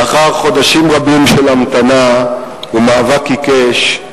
לאחר חודשים רבים של המתנה ומאבק עיקש,